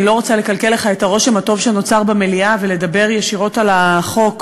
אני לא רוצה לקלקל לך את הרושם הטוב שנוצר במליאה ולדבר ישירות על החוק,